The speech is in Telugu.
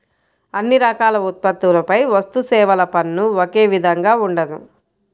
అన్ని రకాల ఉత్పత్తులపై వస్తుసేవల పన్ను ఒకే విధంగా ఉండదు